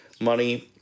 money –